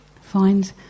Find